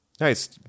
Nice